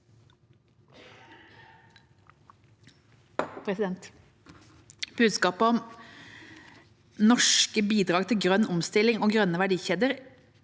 Budskapet om norske bidrag til grønn omstilling og grønne verdikjeder